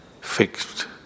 fixed